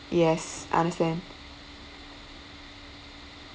yes understand